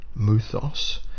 muthos